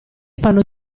fanno